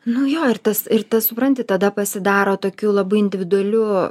nu jo ir tas ir tas supranti tada pasidaro tokiu labai individualiu